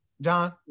John